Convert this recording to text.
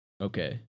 Okay